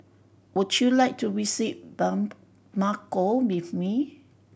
would you like to visit Bamako with me